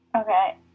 Okay